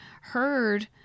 heard